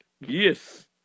Yes